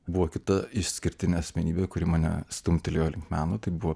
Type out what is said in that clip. buvo kita išskirtinė asmenybė kuri mane stumtelėjo link meno tai buvo